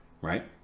right